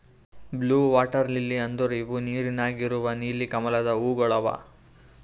blue water lily ಅಂದುರ್ ಇವು ನೀರ ನ್ಯಾಗ ಇರವು ನೀಲಿ ಕಮಲದ ಹೂವುಗೊಳ್ ಅವಾ